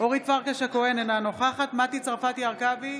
אורית פרקש הכהן, אינה נוכחת מטי צרפתי הרכבי,